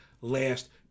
last